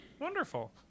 Wonderful